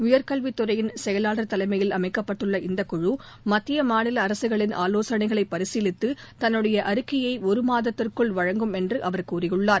உயர்கல்வித் துறையின் செயலாளர் தலைமையில் அமைக்கப்பட்டுள்ள இந்த குழு மத்திய மாநில அரசுகளின் ஆலோசனைகளை பரிசீலித்து தன்னுடைய அறிக்கையை ஒருமாதத்திற்குள் வழங்கும் என்று அவர் கூறியுள்ளார்